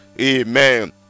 Amen